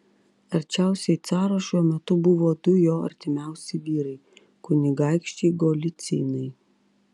arčiausiai caro šiuo metu buvo du jo artimiausi vyrai kunigaikščiai golycinai